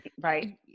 right